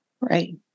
Right